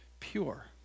Pure